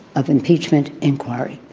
of impeachment inquiry.